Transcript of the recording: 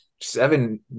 seven